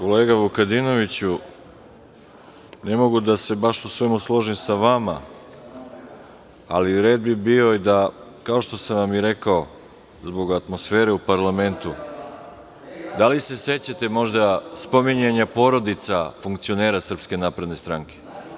Kolega Vukadinoviću, ne mogu da se baš o svemu složim sa vama, ali red bi bio i da, kao što sam vam i rekao, zbog atmosfere u parlamentu - da li se sećate možda spominjanja porodica funkcionera SNS?